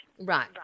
Right